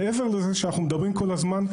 מעבר לזה שאנחנו מדברים כל הזמן,